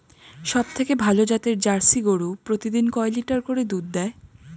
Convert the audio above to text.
সবথেকে ভালো জাতের জার্সি গরু প্রতিদিন কয় লিটার করে দুধ দেয়?